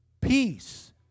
Peace